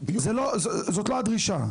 זאת לא הדרישה.